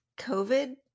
COVID